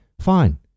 fine